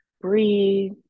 breathe